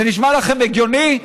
זה נשמע לכם הגיוני?